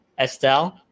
Estelle